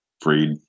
Freed